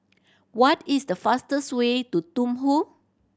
what is the fastest way to Thimphu